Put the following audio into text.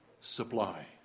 supply